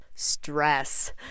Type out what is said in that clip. stress